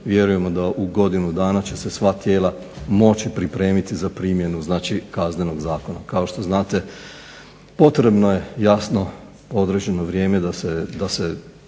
Vjerujemo da u godinu dana će se sva tijela moći pripremiti za primjenu Kaznenog zakona. Kao što znate, potrebno je jasno određeno vrijeme da se